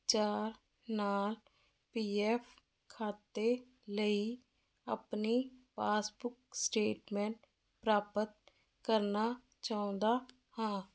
ਚਾਰ ਨਾਲ P F ਖਾਤੇ ਲਈ ਆਪਣੀ ਪਾਸਬੁੱਕ ਸਟੇਟਮੈਂਟ ਪ੍ਰਾਪਤ ਕਰਨਾ ਚਾਹੁੰਦਾ ਹਾਂ